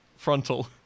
Frontal